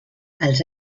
els